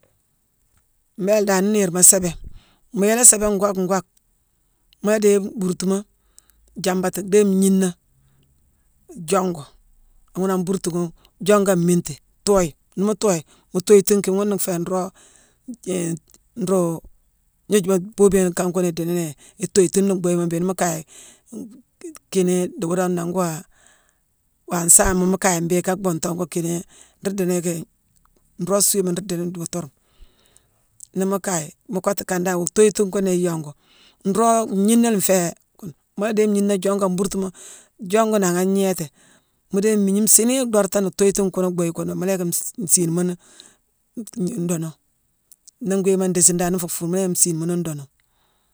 Mbéélé dan nii niirma séébé, mu yéélé séébé an gwaak gwaak, mu la dééye bhuurtuma jaambati, dhééye ngniina jongu ghuuna an buurtu ghune jongu an mmiinti, tooyi. Nii mu tooyi, mu thooyitiinki ghuuna nféé nroog nruu gnoojuma boobiyone kan kune idii nini itoyitini bhuyima mbéé nii kaye kiini dii woodo nangh waa-waa nsaama. Mu kaye mbéé ka bhuuntango kiini nruu diini yicki nroog suuama nruu diini duutur. Nii mu kaye, mu kottu ikane dan wuu thoyitine kunéé iyongu. Nroog, ngniina nféé-u-mu la dééye ngniina jongu an buurtuma, jongu nangha an gnééti, mu dééye mmiigne nsiini dhoortane, thooyitine ghune bhuyi kune, mu yick nsiina mune-n-nduunu. Nii ngwiima ndéésine dan nii nfuu fuune, mu la yick nsiine mune nduunu.